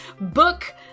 book